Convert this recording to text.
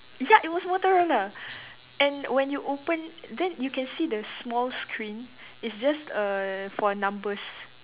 ya it was Motorola and when you open then you can see the small screen it's just err for numbers